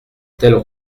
telles